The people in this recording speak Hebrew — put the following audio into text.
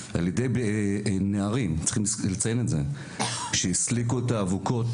שחקן לא משלם אצלנו אגורה,